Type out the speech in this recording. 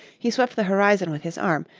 he swept the horizon with his arm,